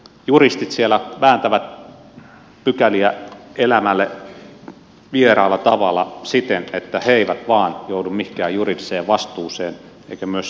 juristit siellä vääntävät pykäliä elämälle vieraalla tavalla siten että he eivät vain joudu mihinkään juridiseen vastuuseen eikä myöskään se työntekijä